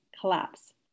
collapse